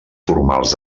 formals